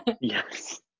Yes